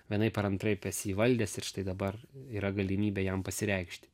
vienaip ar antraip esi įvaldęs ir štai dabar yra galimybė jam pasireikšti